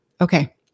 Okay